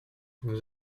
nous